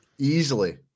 Easily